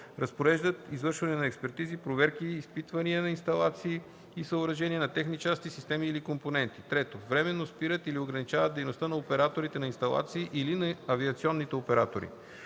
разпореждат извършване на експертизи, проверки, изпитвания на инсталации и съоръжения, на техни части, системи или компоненти; 3. временно спират или ограничават дейността на операторите на инсталации или на авиационните оператори;